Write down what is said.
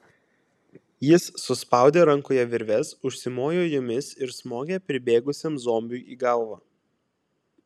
jis suspaudė rankoje virves užsimojo jomis ir smogė pribėgusiam zombiui į galvą